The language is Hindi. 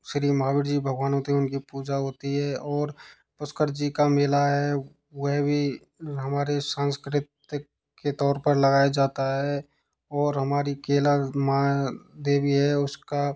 श्री महावीर जी भगवान होते हैं उनकी पूजा होती है और पुष्कर जी का मेला है वह भी हमारे संस्कृति के तौर पर लगाया जाता है और हमारी केला माँ देवी है उसका